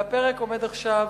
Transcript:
על הפרק עומד עכשיו,